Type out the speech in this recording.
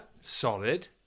solid